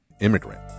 Immigrant